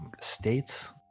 states